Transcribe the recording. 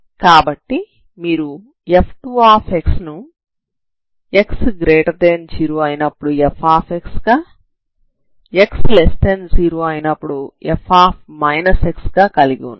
కాబట్టి మీరు f2xfx x0 f x x0 ని కలిగి ఉన్నారు